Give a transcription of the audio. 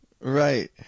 Right